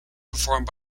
performed